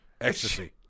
Ecstasy